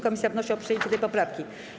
Komisja wnosi o przyjęcie tej poprawki.